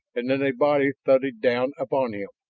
and then a body thudded down upon him,